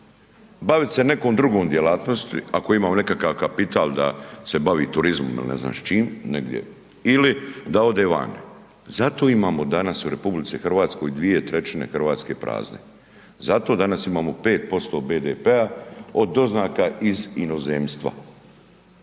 bavit se nekom drugom djelatnosti, ako ima nekakav kapital da se bavi turizmom ili ne znam s čim negdje ili da ode vani. Zato imamo danas u RH 2/3 Hrvatske prazne, zato danas imamo 5% BDP-a od doznaka iz inozemstva,